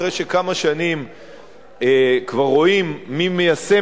אחרי שכמה שנים כבר רואים מי מיישם